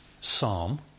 psalm